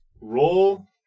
roll